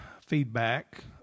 feedback